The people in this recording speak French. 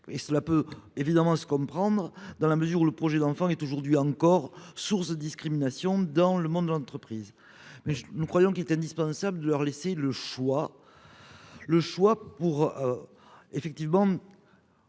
cela peut évidemment se comprendre, dans la mesure où le projet d'enfant est, aujourd'hui encore, source de discrimination dans le monde de l'entreprise. Mais nous croyons qu'il est indispensable de leur laisser le choix de prendre